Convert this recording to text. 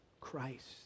Christ